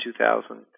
2000